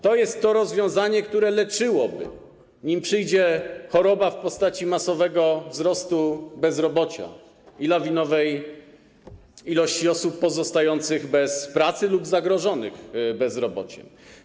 To jest to rozwiązanie, które leczyłoby, nim przyjdzie choroba w postaci masowego wzrostu bezrobocia i lawinowego wzrostu liczby osób pozostających bez pracy lub zagrożonych bezrobociem.